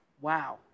Wow